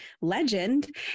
legend